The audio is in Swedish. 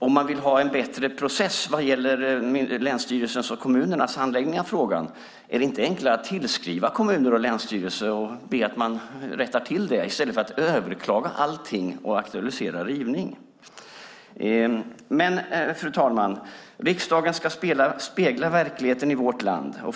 Om man vill ha en bättre process vad gäller länsstyrelsernas och kommunernas handläggning av frågan, är det inte enklare att tillskriva kommuner och länsstyrelser och be dem att rätta till detta i stället för att överklaga allting och aktualisera rivning? Fru talman! Riksdagen ska spegla verkligheten i vårt land.